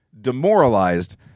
demoralized